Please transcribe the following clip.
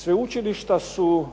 Sveučilišta su